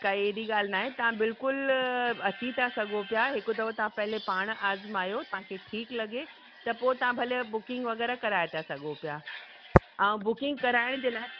का अहिड़ी ॻाल्हि नाहे तव्हां बिल्कुलु अची था सघो पिया हिकु दफ़ो तव्हां पहले पाणि आज़मायो तव्हांखे ठीकु लॻे त पोइ तव्हां भले बुकिंग वग़ैरह कराए था सघो पिया ऐं बुकिंग कराइण जे लाइ